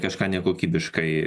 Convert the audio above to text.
kažką nekokybiškai